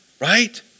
right